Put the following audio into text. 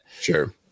sure